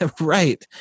right